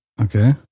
okay